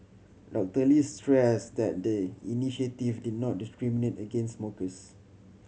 Doctor Lee stressed that the initiative did not discriminate against smokers